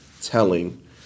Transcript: telling